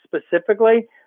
specifically